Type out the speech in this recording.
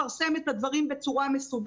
אבל כמובן נפרסם את הדברים בצורה מסודרת,